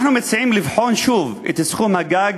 אנחנו מציעים לבחון שוב את סכום הגג